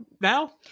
now